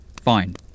Fine